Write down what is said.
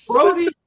Brody